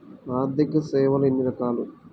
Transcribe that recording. ఆర్థిక సేవలు ఎన్ని రకాలు?